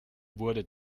wurde